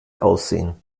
aussehen